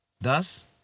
Thus